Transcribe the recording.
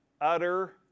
utter